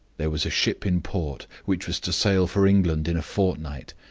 there was a ship in port which was to sail for england in a fortnight,